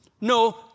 No